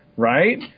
right